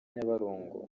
nyabarongo